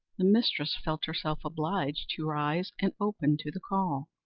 the mistress felt herself obliged to rise and open to the call,